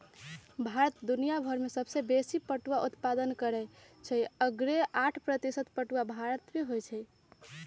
भारत दुनियाभर में सबसे बेशी पटुआ उत्पादन करै छइ असग्रे साठ प्रतिशत पटूआ भारत में होइ छइ